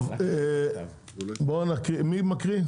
מי מקריא?